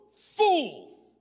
fool